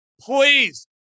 please